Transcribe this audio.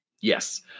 Yes